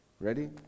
Ready